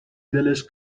دلش